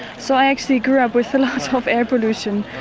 so i actually grew up with a lot ah of air pollution,